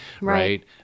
right